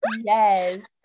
Yes